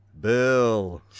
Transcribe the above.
Bill